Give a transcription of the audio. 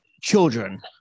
children